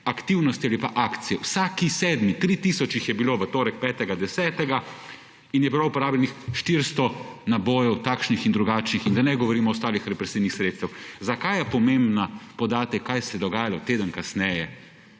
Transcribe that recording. aktivnosti ali pa akcije. Vsak sedmi, 3 tisoč jih je bilo v torek, 5. 10., in je bilo uporabljenih 400 nabojev takšnih in drugačnih in da ne govorim o ostalih represivnih sredstvih. Zakaj je pomembna podatek, kaj se je dogajalo teden kasneje?